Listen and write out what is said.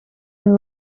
een